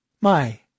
My